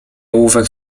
ołówek